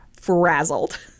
frazzled